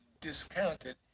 discounted